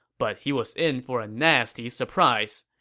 but he was in for a nasty surprise.